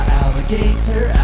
alligator